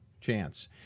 chance